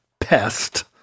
Pest